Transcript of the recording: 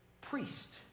priest